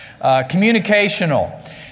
Communicational